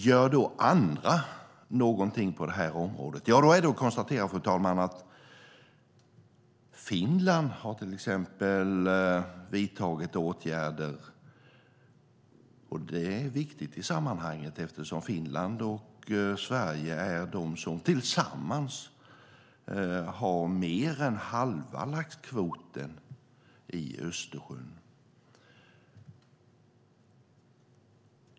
Gör då andra någonting på det här området? Ja, man kan konstatera, fru talman, att Finland till exempel har vidtagit åtgärder. Det är viktigt i sammanhanget eftersom Finland och Sverige tillsammans har mer än halva laxkvoten i Östersjön.